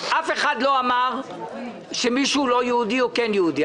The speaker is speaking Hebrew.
אף אחד לא אמר שמישהו לא יהודי או כן יהודי,